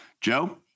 Joe